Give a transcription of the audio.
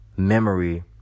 Memory